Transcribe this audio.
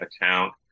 account